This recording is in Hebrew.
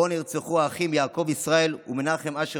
שבו נרצחו האחים יעקב ישראל ומנחם אשר